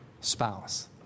spouse